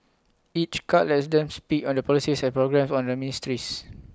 each cut lets them speak on the policies and programmes of the ministries